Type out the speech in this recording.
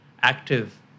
active